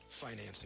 financing